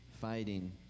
fighting